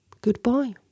goodbye